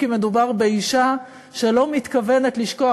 כי מדובר באישה שלא מתכוונת לשכוח,